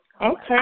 okay